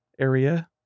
area